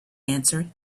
answered